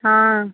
ହଁ